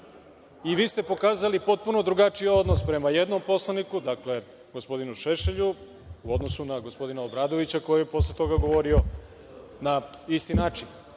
i vi ste pokazali potpuno drugačiji odnos prema jednom poslaniku, dakle, gospodinu Šešelju u odnosu na gospodina Obradovića koji je posle toga govorio na isti način